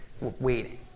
waiting